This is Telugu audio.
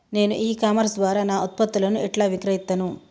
నేను ఇ కామర్స్ ద్వారా నా ఉత్పత్తులను ఎట్లా విక్రయిత్తను?